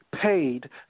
paid